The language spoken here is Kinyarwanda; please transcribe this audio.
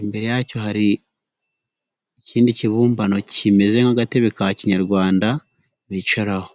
imbere yacyo hari ikindi kibumbano kimeze nk'agatebe ka kinyarwanda bicaraho.